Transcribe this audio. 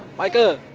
micah!